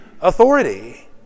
authority